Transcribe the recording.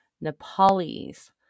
Nepalese